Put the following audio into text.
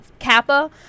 kappa